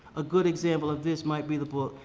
a good example of this might be the book,